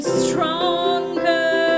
stronger